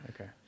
okay